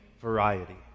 variety